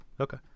Okay